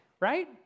right